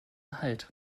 halt